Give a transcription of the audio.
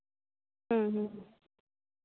ᱦᱩᱸ ᱦᱩᱸ